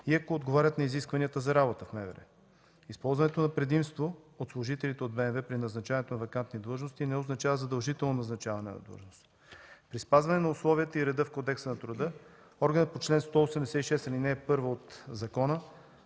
и ако отговарят на изискванията за работа в МВР. Използването на предимство от служителите на БМВ при назначаването на вакантни длъжности не означава задължително назначаване на длъжностите. При спазване на условията и реда в Кодекса на труда органът по чл. 176, ал. 1 от закона